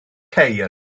ceir